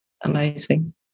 amazing